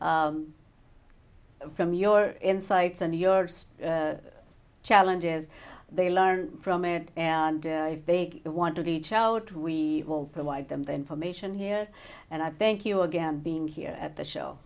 scared from your insights and your challenges they learn from it and if they want to reach out we will provide them the information here and i thank you again being here at the show